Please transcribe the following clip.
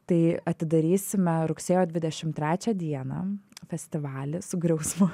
tai atidarysime rugsėjo dvidešim trečią dieną festivalyje su griausmu